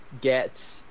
get